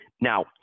Now